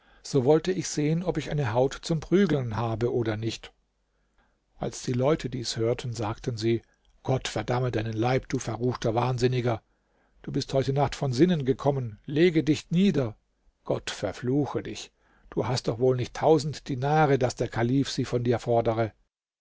so wollte ich sehen ob ich eine haut zum prügeln habe oder nicht als die leute dies hörten sagten sie gott verdamme deinen leib du verruchter wahnsinniger du bist heute nacht von sinnen gekommen lege dich nieder gott verfluche dich du hast doch wohl nicht tausend dinare daß der kalif sie von dir fordere